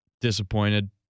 Disappointed